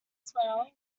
swell